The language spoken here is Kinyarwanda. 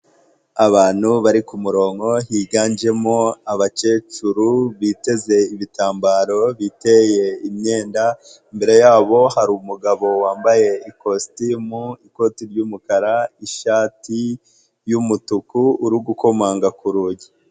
Abantu bari kumurongo higanjemo abakecuru biteze ibitambaro, biteye imyenda, imbere yabo hari umugabo wambaye ikositimu, ikoti ry'umukara, ishati y'umutuku, uri gukomanga ku rugi.